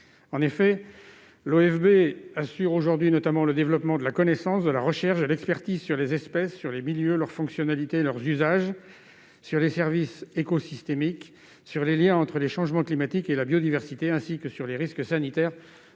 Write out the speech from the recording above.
l'OFB assure notamment le développement de la connaissance, de la recherche et de l'expertise sur les espèces, les milieux, leurs fonctionnalités et leurs usages, sur les services écosystémiques, sur les liens entre le changement climatique et la biodiversité ainsi que sur les risques sanitaires